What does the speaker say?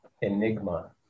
enigma